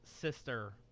sister